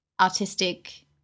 artistic